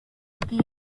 keen